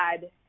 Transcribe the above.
God